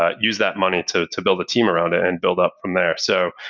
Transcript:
ah use that money to to build a team around it and build up from there. so,